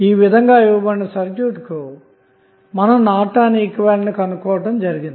ఈ విధంగా ఇవ్వబడిన సర్క్యూట్కు నార్టన్ ఈక్వివలెంట్ ను కనుగొన్నాము